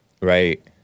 Right